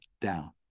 down